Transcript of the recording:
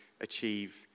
achieve